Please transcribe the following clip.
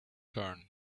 turn